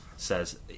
says